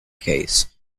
case